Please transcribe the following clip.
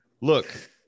Look